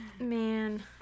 man